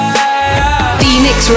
Phoenix